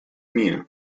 mía